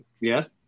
Yes